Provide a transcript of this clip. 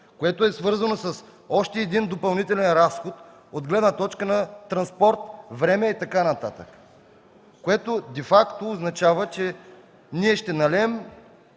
което е свързано с още един допълнителен разход от гледна точка на транспорт, време и така нататък. Което де факто означава, че с нашето